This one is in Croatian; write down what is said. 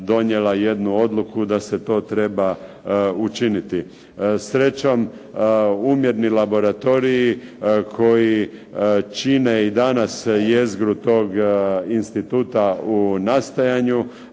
donijela jednu odluku da se to treba učiniti. Srećom, umjerni laboratoriji koji čine i danas jezgru tog instituta u nastajanju